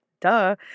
duh